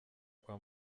kwa